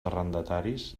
arrendataris